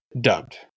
dubbed